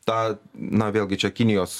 tą na vėlgi čia kinijos